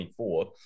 24